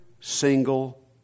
single